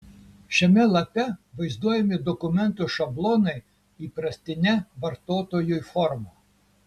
šiame lape vaizduojami dokumentų šablonai įprastine vartotojui forma